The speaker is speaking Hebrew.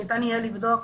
שניתן יהיה לבדוק